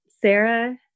Sarah